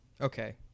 okay